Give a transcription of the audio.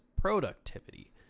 productivity